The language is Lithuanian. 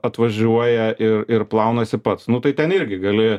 atvažiuoja ir plaunasi pats nu tai ten irgi gali